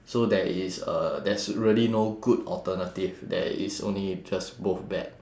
so there is uh there's really no good alternative there is only just both bad